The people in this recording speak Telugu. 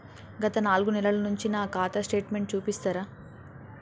గత నాలుగు నెలల నుంచి నా ఖాతా స్టేట్మెంట్ చూపిస్తరా?